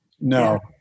No